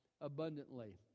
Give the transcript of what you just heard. abundantly